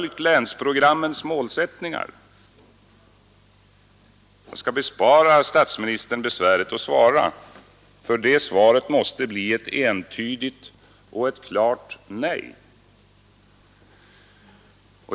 Jag skall bespara statsministern besväret att svara, för det svaret måste bli ett entydigt och klart nej.